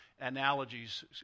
analogies